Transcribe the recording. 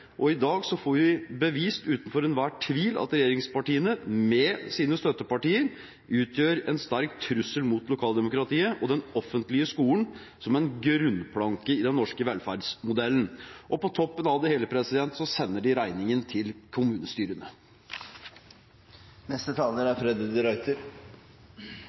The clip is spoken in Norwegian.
og i dag får vi bevist utenfor enhver tvil at regjeringspartiene med sine støttepartier utgjør en sterk trussel mot lokaldemokratiet og den offentlige skolen som en grunnplanke i den norske velferdsmodellen. På toppen av det hele sender de regningen til kommunestyrene.